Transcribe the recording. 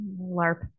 LARP